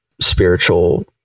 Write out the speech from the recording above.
spiritual